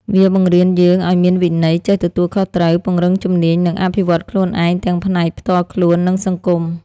វាបង្រៀនយើងឲ្យមានវិន័យ ចេះទទួលខុសត្រូវ ពង្រឹងជំនាញ និងអភិវឌ្ឍខ្លួនឯងទាំងផ្នែកផ្ទាល់ខ្លួន និងសង្គម។